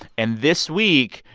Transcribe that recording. and this week,